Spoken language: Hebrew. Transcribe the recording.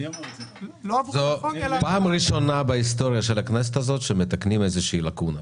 זאת פעם ראשונה בהיסטוריה של הכנסת שמתקנים איזו שהיא לקונה?